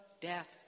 death